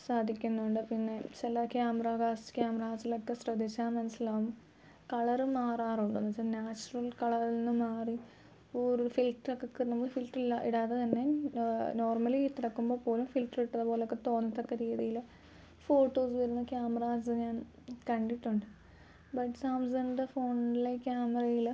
സാധിക്കുന്നുണ്ട് പിന്നെ ചില ക്യാമറാസ് ക്യാമറാസിലൊക്കെ ശ്രദ്ധിച്ചാൽ മനസ്സിലാവും കളറ് മാറാറുണ്ട് എന്നുവച്ചാൽ നാച്ചുറൽ കളറിൽ നിന്ന് മാറി ഒരു ഫിൽട്ടറൊക്കെ നമ്മൾ ഫിൽറ്ററിൽ ഇടാതെ തന്നെ നോർമലി കിടക്കുമ്പോൾ പോലും ഫിൽറ്ററ് ഇട്ടത് പോലെയൊക്കെ തോന്നത്തക്ക രീതിയിൽ ഫോട്ടോസ് വരുന്ന ക്യാമറാസ് ഞാൻ കണ്ടിട്ടുണ്ട് ബട്ട് സംസങ്ങിൻ്റെ ഫോണിലെ ക്യാമറയിൽ